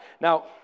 Now